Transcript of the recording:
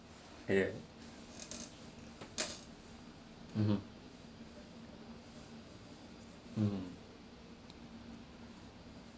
ya mmhmm mm